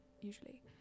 usually